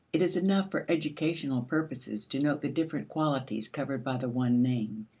it is enough for educational purposes to note the different qualities covered by the one name,